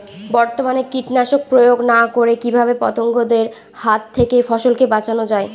বর্তমানে কীটনাশক প্রয়োগ না করে কিভাবে পতঙ্গদের হাত থেকে ফসলকে বাঁচানো যায়?